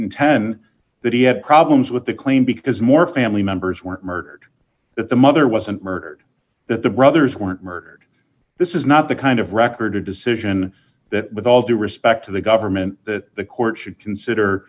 cents that he had problems with the claim because more family members were murdered that the mother wasn't murdered that the brothers weren't murdered this is not the kind of record decision that with all due respect to the government that the court should consider